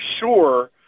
sure